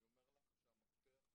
אני אומר לך שהמפתח הוא נתונים.